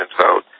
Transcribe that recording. vote